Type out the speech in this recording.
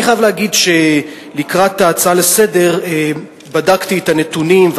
אני חייב להגיד שלקראת ההצעה לסדר-היום בדקתי את הנתונים,